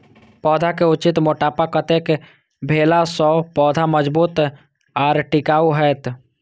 पौधा के उचित मोटापा कतेक भेला सौं पौधा मजबूत आर टिकाऊ हाएत?